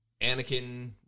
Anakin